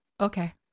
okay